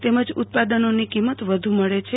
તેમજ ઉત્પાદનોની કિંમત વધ મળ છે